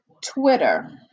Twitter